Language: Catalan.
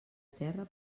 terra